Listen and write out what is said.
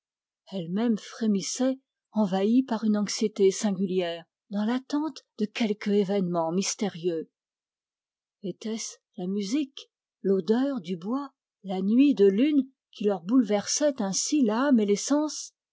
elle-même frémissait envahie par une anxiété singulière dans l'attente de quelque événement mystérieux était-ce la musique l'odeur du bois la nuit de lune qui leur bouleversaient ainsi l'âme et les sens